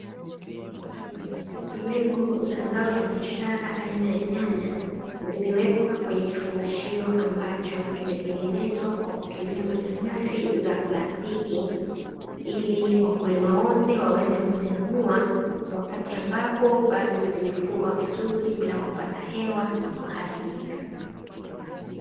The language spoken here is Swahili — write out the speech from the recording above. Mbegu za zao la biashara aina ya nyanya, zimewekwa kwenye kifungashio ambacho kimetengenezwa kwakutumia malighafi za plastiki, ili wakulima wote waweze kuzinunua wakati ambapo bado zimefungwa vizuri, bila kupata hewa na kuharibika.